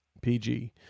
PG